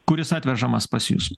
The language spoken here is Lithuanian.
kuris atvežamas pas jus